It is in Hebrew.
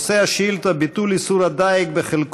נושא השאילתה: ביטול איסור הדיג בחלק